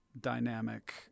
dynamic